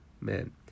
man